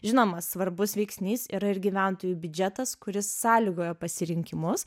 žinoma svarbus veiksnys yra ir gyventojų biudžetas kuris sąlygoja pasirinkimus